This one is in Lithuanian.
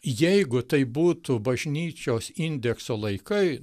jeigu tai būtų bažnyčios indekso laikai